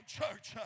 church